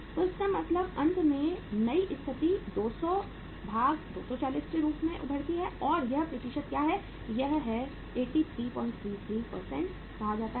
तो इसका मतलब अंत में नई स्थिति 200240 के रूप में उभरती है और यह प्रतिशत क्या है इसे 8333 कहा जाता है